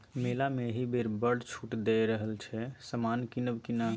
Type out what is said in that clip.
मेला मे एहिबेर बड़ छूट दए रहल छै समान किनब कि?